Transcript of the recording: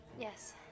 Yes